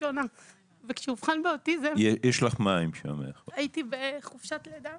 מהראשונה וכשהוא אובחן באוטיזם הייתי בחופשת לידה